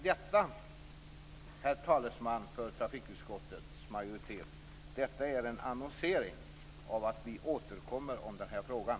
Detta, herr talesman för trafikutskottets majoritet, är en annonsering om att vi återkommer i den här frågan.